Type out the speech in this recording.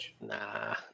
Nah